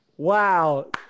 Wow